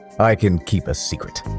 i can keep a secret.